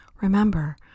Remember